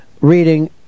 reading